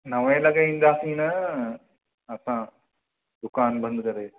नवे लॻे ईंदासीं न असां दुकानु बंदि करे